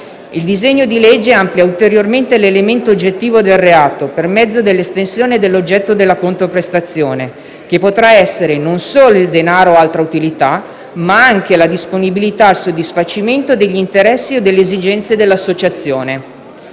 Il disegno di legge amplia ulteriormente l'elemento oggettivo del reato, per mezzo dell'estensione dell'oggetto della controprestazione, che potrà essere non solo il denaro o altra utilità, ma anche la disponibilità al soddisfacimento degli interessi o delle esigenze dell'associazione.